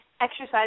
exercise